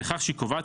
בכך שהיא קובעת,